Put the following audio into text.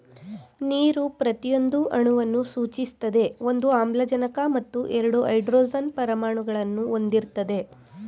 ನೀರು ಪ್ರತಿಯೊಂದು ಅಣುವನ್ನು ಸೂಚಿಸ್ತದೆ ಒಂದು ಆಮ್ಲಜನಕ ಮತ್ತು ಎರಡು ಹೈಡ್ರೋಜನ್ ಪರಮಾಣುಗಳನ್ನು ಹೊಂದಿರ್ತದೆ